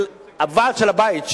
של הוועד של הבית,